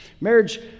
Marriage